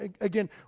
again